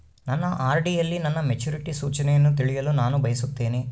ನನ್ನ ಆರ್.ಡಿ ಯಲ್ಲಿ ನನ್ನ ಮೆಚುರಿಟಿ ಸೂಚನೆಯನ್ನು ತಿಳಿಯಲು ನಾನು ಬಯಸುತ್ತೇನೆ